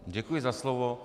Děkuji za slovo.